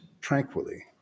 tranquilly